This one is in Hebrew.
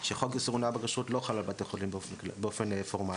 שחוק איסור הונאה בכשרות לא חלה על בתי חולים באופן פורמאלי.